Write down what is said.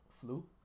Flu